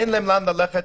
אין להם לאן ללכת,